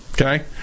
Okay